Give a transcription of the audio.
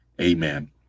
Amen